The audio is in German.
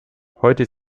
heute